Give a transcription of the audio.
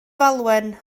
falwen